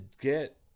get